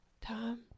Tom